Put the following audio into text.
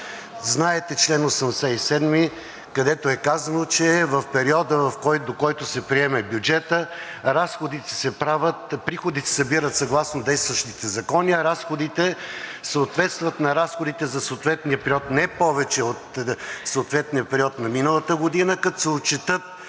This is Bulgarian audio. Знаете чл. 87, където е казано, че в периода, до който се приеме бюджетът, приходите се събират съгласно действащите закони, а разходите съответстват на разходите за съответния период – не повече от съответния период на миналата година, като се отчетат